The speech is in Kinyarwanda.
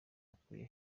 akuye